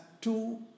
two